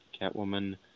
Catwoman